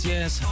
Yes